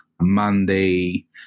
Monday